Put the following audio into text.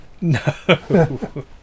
No